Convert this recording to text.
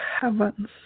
heavens